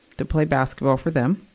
to play basketball for them.